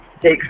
take